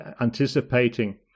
Anticipating